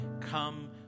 come